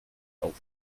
auf